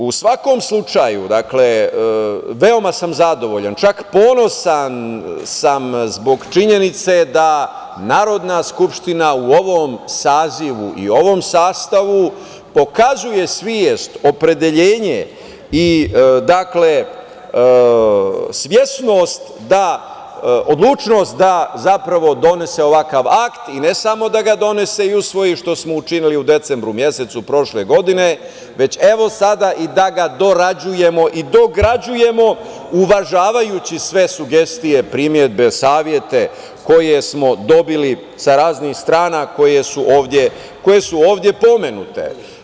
U svakom slučaju, veoma sam zadovoljan, čak ponosan sam zbog činjenice da Narodna skupština u ovom Sazivu i u ovom sastavu pokazuje svest, opredeljenje i svesnost, odlučnost da zapravo donese ovakav akt, ne samo da ga donese i usvoji, što smo učinili u decembru mesecu prošle godine, već evo sada i da ga dorađujemo i dograđujemo, uvažavajući sve sugestije, primedbe, savete koje smo dobili sa raznih strana koje su ovde pomenute.